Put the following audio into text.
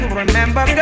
remember